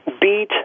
beat